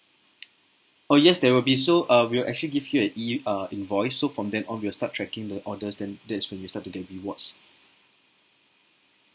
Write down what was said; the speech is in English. oh yes there will be so uh we'll actually give you an E uh invoice so from then on we'll start tracking the orders then that's when you start to get rewards